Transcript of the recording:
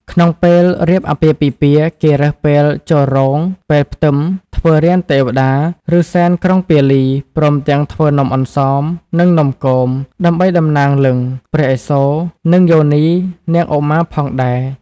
ក្នុងពេលរៀបអាពាហ៍ពិពាហ៍ គេរើសពេលចូលរោង ពេលផ្ទឹម ធ្វើរានទេវតា ឬសែនក្រុងពាលី ព្រមទាំងធ្វើនំអន្សម និងនំគម ដើម្បីតំណាងលិង្គ ព្រះឥសូរ និងយោនីនាងឧមាផងដែរ។